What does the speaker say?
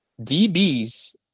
DBs